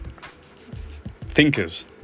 Thinkers